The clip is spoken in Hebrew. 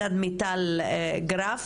מיטל גרף,